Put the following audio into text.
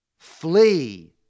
Flee